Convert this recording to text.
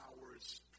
hours